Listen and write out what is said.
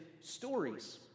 stories